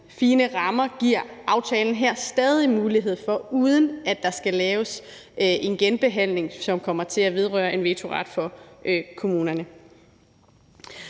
fine rammer giver aftalen her stadig mulighed for, uden at der skal laves en genbehandling, som kommer til at vedrøre en vetoret for kommunerne.